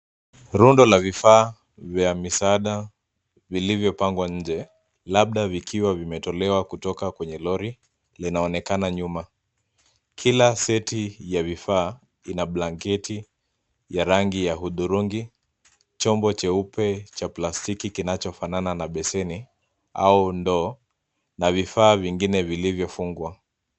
Rundo la vifaa vya misaada vilivyopangwa nje, labda vikiwa vimetolewa kutoka kwenye lori linaonekana nyuma. Kila seti ya vifaa, ina blanketi ya rangi ya hudhurungi, chombo cheupe cha plastiki kinachofanana na beseni au ndoo, na vifaa vingine vinavyofungwa.